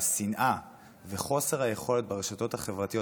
השנאה וחוסר היכולת ברשתות החברתיות,